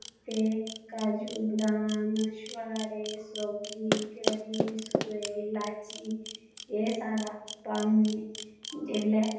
ते काजू बदाम शोआरे सौग्गी गरी सोए लाच्ची एह् सारा पाई ओड़ने जेल्लै